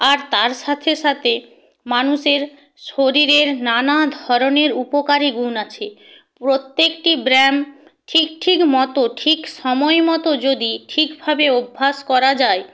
আর তার সাথে সাতে মানুষের শরীরের নানা ধরনের উপকারী গুণ আছে প্রত্যেকটি ব্যায়াম ঠিক ঠিক মতো ঠিক সময় মতো যদি ঠিকভাবে অভ্যাস করা যায়